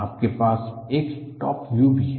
आपके पास एक टॉप व्यू भी है